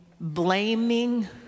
blaming